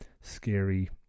scary